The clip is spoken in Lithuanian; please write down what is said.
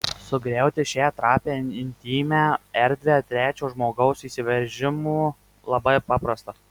sugriauti šią trapią intymią erdvę trečio žmogaus įsiveržimu labai paprasta